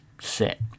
set